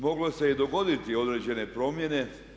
Moglo se je dogoditi određene promjene.